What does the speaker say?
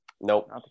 Nope